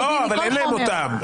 לא, אבל אין להם אותם.